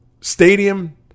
Stadium